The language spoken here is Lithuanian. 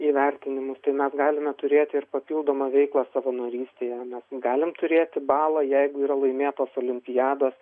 įvertinimus tai mes galime turėti ir papildomą veiklą savanorystėje mes galim turėti balą jeigu yra laimėtos olimpiados